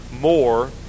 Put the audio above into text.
more